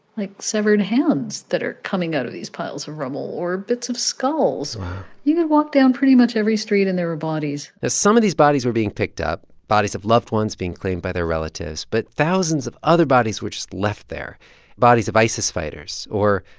like, severed hands that are coming out of these piles of rubble or bits of skulls wow you could walk down pretty much every street, and there were bodies some of these bodies were being picked up, bodies of loved ones being claimed by their relatives. but thousands of other bodies were just left there bodies of isis fighters or,